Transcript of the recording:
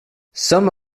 some